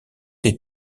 des